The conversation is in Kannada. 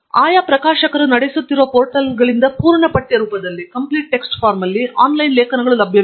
ಆಯಾ ಪ್ರಕಾಶಕರು ನಡೆಸುತ್ತಿರುವ ಪೋರ್ಟಲ್ಗಳಿಂದ ಪೂರ್ಣ ಪಠ್ಯ ರೂಪದಲ್ಲಿ ಆನ್ಲೈನ್ ಲೇಖನಗಳು ಲಭ್ಯವಿವೆ